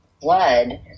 blood